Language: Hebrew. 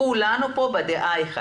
כולנו בדעה אחת.